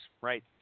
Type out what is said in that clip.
right